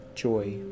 joy